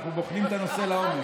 אנחנו בוחנים את הנושא לעומק.